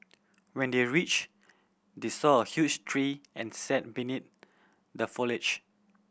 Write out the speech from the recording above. when they reached they saw a huge tree and sat beneath the foliage